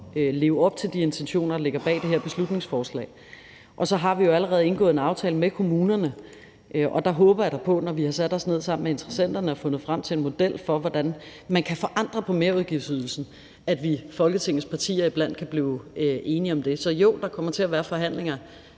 leve op til de intentioner, der ligger bag det her beslutningsforslag. Og så har vi jo allerede indgået en aftale med kommunerne. Og der håber jeg da på, at vi, når vi har sat os ned sammen med interessenterne og fundet frem til en model for, hvordan man kan forandre på merudgiftsydelsen, sammen med Folketingets partier kan blive enige om det. Så jo, der kommer til at være forhandlinger